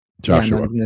joshua